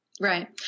right